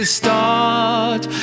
start